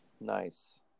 Nice